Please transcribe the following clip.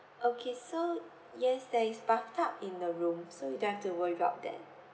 okay so yes there is bathtub in the room so you don't have to worry about that